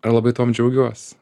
ir labai tuom džiaugiuos